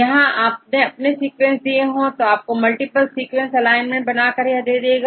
यहां आपने अपने सीक्वेंस दिए तो या आपको मल्टीपल सीक्वेंस एलाइनमेंट बना कर दे देगा